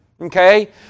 Okay